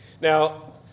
Now